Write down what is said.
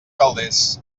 calders